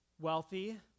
wealthy